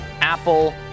Apple